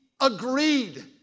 agreed